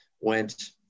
went